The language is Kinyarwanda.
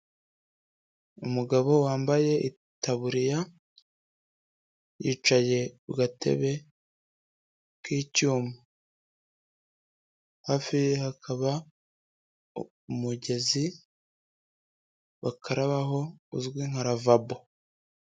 Umugabo wambaye itaburiya, yicaye ku gatebe k'icyuma, hafi ye hakaba umugezi bakarabaho uzwi nka ravabo.